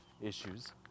issues